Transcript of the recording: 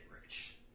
rich